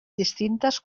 distintes